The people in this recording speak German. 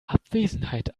abwesenheit